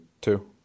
Two